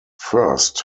first